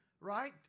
right